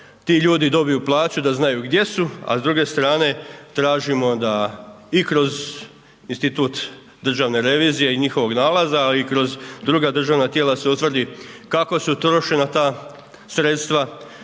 ti ljudi dobiju plaću, da znaju gdje su, a s druge strane, tražimo da i kroz institut državne revizije i njihovog nalaza, a i kroz druga državna tijela se utvrdi kako su trošena ta sredstva,